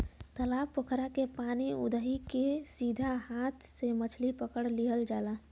तालाब पोखरा के पानी उदही के सीधा हाथ से मछरी पकड़ लिहल जाला